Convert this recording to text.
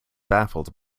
baffled